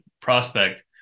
prospect